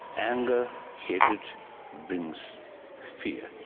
anger, hatred brings fear,